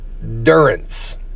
endurance